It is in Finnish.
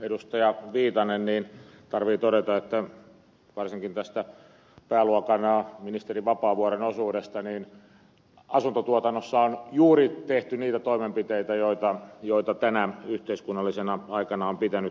viitanen totesi tarvitsee todeta varsinkin tästä pääluokan ministeri vapaavuoren osuudesta että asuntotuotannossa on tehty juuri niitä toimenpiteitä joita tänä yhteiskunnallisena aikana on pitänytkin tehdä